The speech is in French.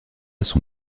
son